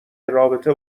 رابطه